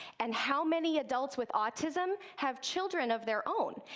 and how many adults with autism have children of their own?